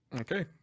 Okay